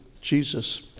Jesus